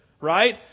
right